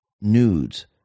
nudes